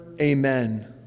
Amen